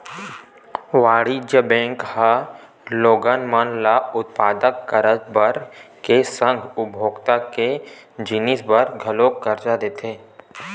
वाणिज्य बेंक ह लोगन मन ल उत्पादक करज बर के संग उपभोक्ता के जिनिस बर घलोक करजा देथे